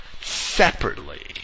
separately